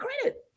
credit